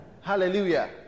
Hallelujah